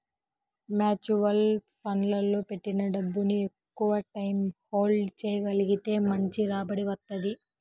mutual ఫండ్లలో పెట్టిన డబ్బుని ఎక్కువటైయ్యం హోల్డ్ చెయ్యగలిగితే మంచి రాబడి వత్తది